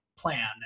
plan